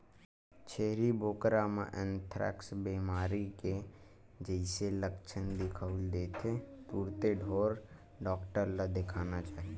छेरी बोकरा म एंथ्रेक्स बेमारी के जइसे लक्छन दिखउल देथे तुरते ढ़ोर डॉक्टर ल देखाना चाही